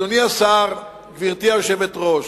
אדוני השר, גברתי היושבת-ראש,